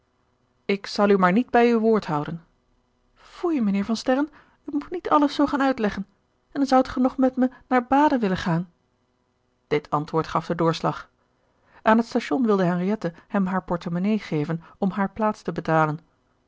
ik zal u maar niet bij uw woord houden foei mijnheer van sterren u moet niet alles zoo gaan uitleggen en dan zoudt ge nog met me naar baden willen gaan dit antwoord gaf den doorslag aan het station wilde henriette hem hare portemonnaie geven om hare plaats te betalen